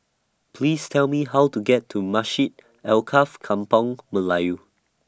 Please Tell Me How to get to Masjid Alkaff Kampung Melayu